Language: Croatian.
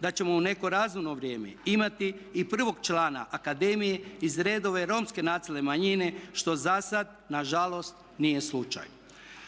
da ćemo u neko razumno vrijeme imati i prvog člana akademije iz redova Romske nacionalne manjine što zasada nažalost nije slučaj.